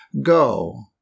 Go